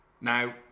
Now